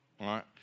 right